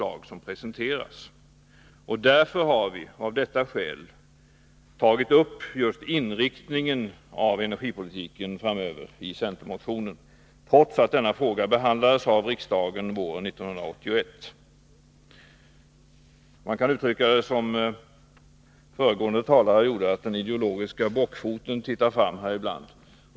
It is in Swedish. Av detta skäl har vi i centermotionen tagit upp just inriktningen av energipolitiken framöver, trots att denna fråga behandlades av riksdagen våren 1981. Man kan uttrycka det som den föregående talaren gjorde: Den ideologiska bockfoten tittar fram ibland.